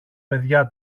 παιδιά